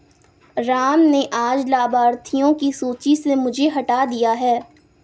राम ने आज लाभार्थियों की सूची से मुझे हटा दिया है